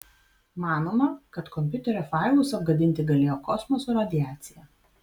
manoma kad kompiuterio failus apgadinti galėjo kosmoso radiacija